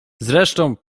zresztą